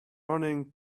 running